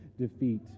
defeat